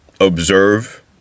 observe